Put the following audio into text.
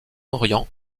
orient